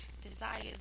desire